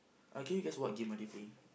uh can you guess what game are they playing